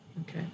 Okay